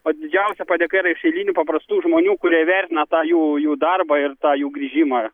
o didžiausia padėka yra iš eilinių paprastų žmonių kurie vertina tą jų jų darbą ir tą jų grįžimą